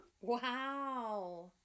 Wow